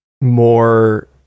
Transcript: more